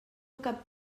cap